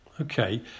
Okay